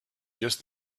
just